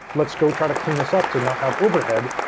let's go try to clean this up to not have overhead,